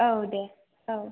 औ दे औ